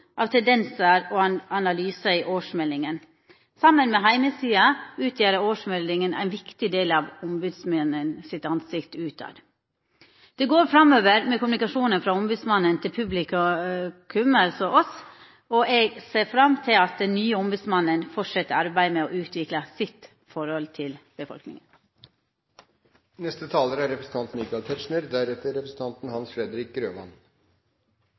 av tendensar og analysar i årsmeldinga. Saman med heimesida utgjer årsmeldinga ein viktig del av Ombodsmannens ansikt utetter. Det går framover med kommunikasjonen frå Ombodsmannen til publikum – altså oss – og eg ser fram til at den nye ombodsmannen fortset arbeidet med å utvikla sitt forhold til